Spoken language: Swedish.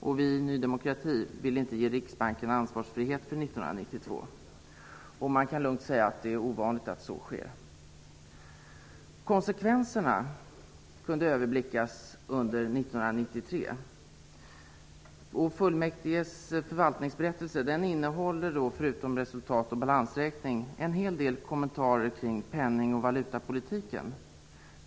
Vi i Ny demokrati ville inte ge Riksbanken ansvarsfrihet för 1992. Man kan lugnt säga att det är ovanligt att så sker. Konsekvenserna kunde överblickas under 1993. Fullmäktiges förvaltningsberättelse innehåller, förutom resultat och balansräkning, en hel del kommentarer kring penning och valutapolitiken.